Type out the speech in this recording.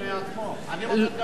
אני רוצה לדבר שש דקות, למה שלוש?